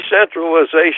decentralization